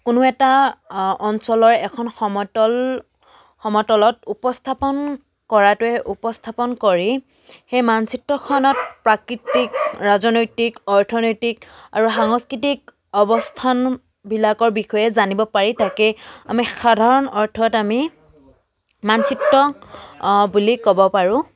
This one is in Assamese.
কোনো এটা অঞ্চলৰ এখন সমতল সমতলত উপস্থাপন কৰাটোৱে উপস্থাপন কৰি সেই মানচিত্ৰখনত প্ৰাকৃতিক ৰাজনৈতিক অৰ্থনৈতিক আৰু সাংস্কৃতিক অৱস্থানবিলাকৰ বিষয়ে জানিব পাৰি তাকে আমি সাধাৰণ অৰ্থত আমি মানচিত্ৰ বুলি ক'ব পাৰোঁ